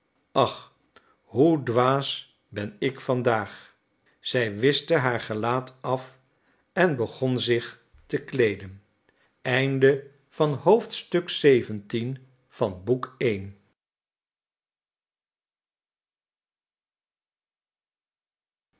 ach hoe dwaas ben ik vandaag zij wischte haar gelaat af en begon zich te kleeden xviii